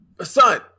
Son